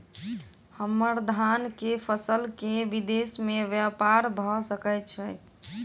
हम्मर धान केँ फसल केँ विदेश मे ब्यपार भऽ सकै छै?